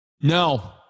no